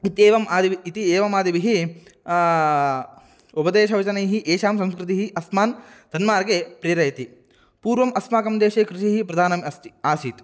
इत्येवम् आदौ इति एवम् आदिभिः उपदेशवचनैः एषां संस्कृतिः अस्मान् सन्मार्गे प्रेरयति पूर्वम् अस्माकं देशे कृषिः प्रधानम् अस्ति आसीत्